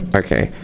okay